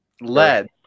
lead